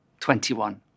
21